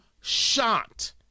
shot